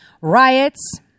riots